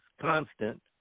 constant